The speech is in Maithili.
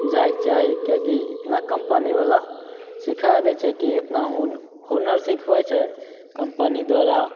जाइके चाही किएकि इतना कम्पनीवला सिखै दै छै कि इतना हुन हुनर सिखबै छै कम्पनी द्वारा